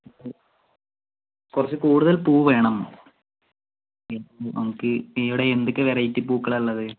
മ് കുറച്ച് കൂടുതൽ പൂവ് വേണം നമുക്ക് ഈ ഇവിടെ എന്തൊക്കെ വെറൈറ്റീ പൂക്കളാണ് ഉള്ളത്